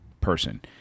person